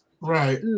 Right